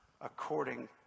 according